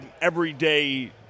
everyday